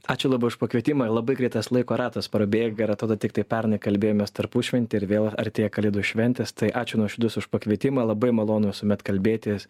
ačiū labai už pakvietimą ir labai greit tas laiko ratas prabėga ir atrodo tiktai pernai kalbėjomės tarpušventį ir vėl artėja kalėdų šventės tai ačiū nuoširdus už pakvietimą labai malonu visuomet kalbėtis